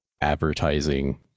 advertising